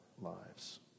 lives